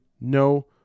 no